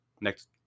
Next